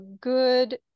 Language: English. good